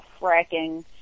fracking